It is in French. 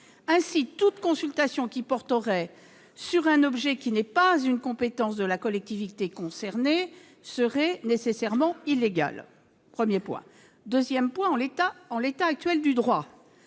Ainsi, toute consultation portant sur un objet qui n'est pas une compétence de la collectivité concernée serait nécessairement illégale- premier point. Second point, en l'état actuel du droit,